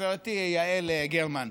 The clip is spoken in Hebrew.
חברתי יעל גרמן.